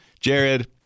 Jared